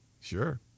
Sure